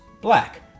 black